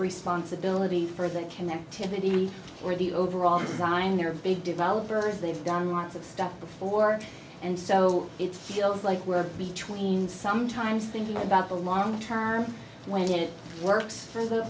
responsibility for that connectivity or the overall design their big developers they've done lots of stuff before and so it's feels like we're between sometimes thinking about the long term when it works for the